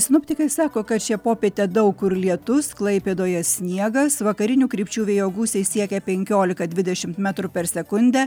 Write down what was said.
sinoptikai sako kad šią popietę daug kur lietus klaipėdoje sniegas vakarinių krypčių vėjo gūsiai siekia penkiolika dvidešimt metrų per sekundę